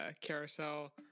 carousel